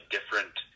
different